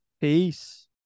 Peace